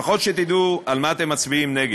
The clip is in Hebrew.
לפחות שתדעו על מה אתם מצביעים נגד.